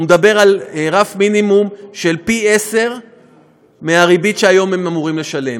הוא מדבר על רף מינימום של פי-עשרה מהריבית שהיום הם אמורים לשלם.